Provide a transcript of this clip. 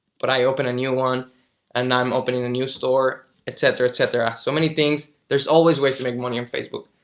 but i open a new one and i'm opening a new store etcetera etcetera so many things there's always ways to make money on facebook.